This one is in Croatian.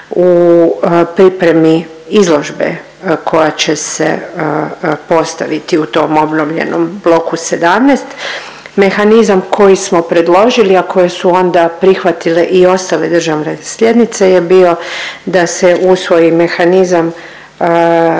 u pripremi izložbe koja će se postaviti u tom obnovljenom bloku 17. Mehanizam koji smo predložili, a koji su onda prihvatile i ostale države slijednice je bio da se usvoji mehanizam